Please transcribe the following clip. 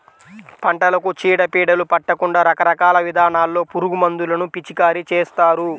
పంటలకు చీడ పీడలు పట్టకుండా రకరకాల విధానాల్లో పురుగుమందులను పిచికారీ చేస్తారు